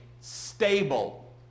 stable